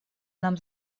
нам